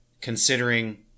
considering